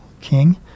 king